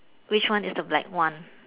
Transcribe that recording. which one is the black one